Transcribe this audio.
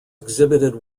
exhibited